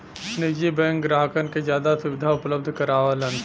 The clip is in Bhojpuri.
निजी बैंक ग्राहकन के जादा सुविधा उपलब्ध करावलन